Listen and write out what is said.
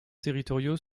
territoriaux